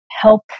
help